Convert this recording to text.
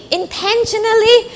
intentionally